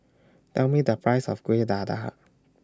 Tell Me The Price of Kuih Dadar